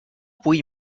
vull